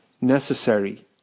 Necessary